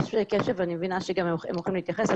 יש קשב ואני מבינה שגם הם הולכים להתייחס,